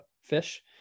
fish